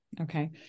okay